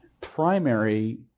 primary